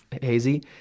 hazy